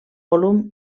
volum